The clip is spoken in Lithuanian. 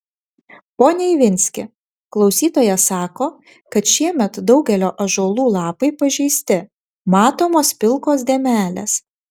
pone ivinski klausytojas sako kad šiemet daugelio ąžuolų lapai pažeisti matomos pilkos dėmelės